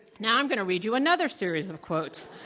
now i'm going to read you another series of quotes.